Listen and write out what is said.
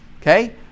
Okay